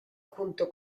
junto